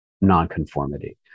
nonconformity